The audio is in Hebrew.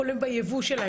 לראשונה